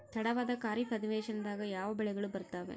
ತಡವಾದ ಖಾರೇಫ್ ಅಧಿವೇಶನದಾಗ ಯಾವ ಬೆಳೆಗಳು ಬರ್ತಾವೆ?